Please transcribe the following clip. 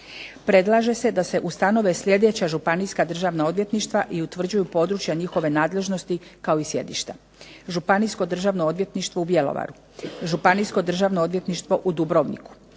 Predlaže se da se ustanove sljedeća Županijska državna odvjetništva i utvrđuju područja njihove nadležnosti kao i sjedišta: Županijsko državno odvjetništvo u Bjelovaru, Županijsko državno odvjetništvo u Dubrovniku,